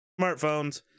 smartphones